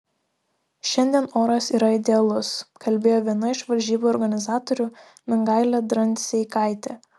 šiandien oras yra idealus kalbėjo viena iš varžybų organizatorių mingailė dranseikaitė